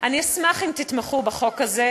אני אשמח אם תתמכו בחוק הזה.